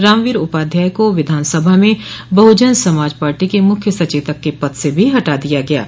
रामवीर उपाध्याय को विधानसभा में बहुजन समाज पार्टी के मुख्य सचेतक के पद से भी हटा दिया गया है